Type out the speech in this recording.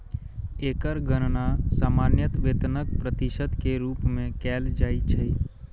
एकर गणना सामान्यतः वेतनक प्रतिशत के रूप मे कैल जाइ छै